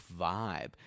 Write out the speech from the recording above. vibe